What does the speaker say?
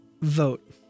vote